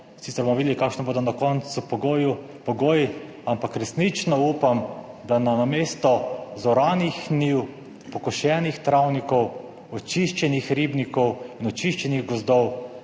sicer bomo videli kakšni bodo na koncu pogoji, ampak resnično upam, da na namesto zoranih njiv, pokošenih travnikov, očiščenih ribnikov in očiščenih gozdov